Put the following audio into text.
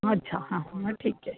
अच्छा हां मग ठीक आहे